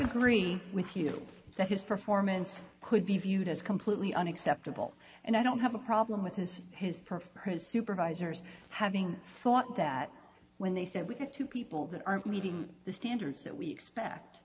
think green with you that his performance could be viewed as completely unacceptable and i don't have a problem with his per his supervisors having sought that when they said we have two people that are meeting the standards that we expect